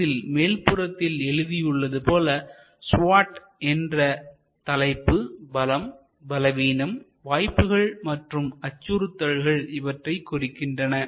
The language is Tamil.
இதன் மேல்புறத்தில் எழுதியுள்ளது போல SWOT என்ற தலைப்பு பலம் பலவீனம் வாய்ப்புகள் மற்றும் அச்சுறுத்தல்கள் இவற்றைக் குறிக்கின்றன